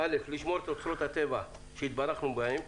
אל"ף, לשמור את אוצרות הטבע שהתברכנו בהם.